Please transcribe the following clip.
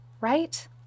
Right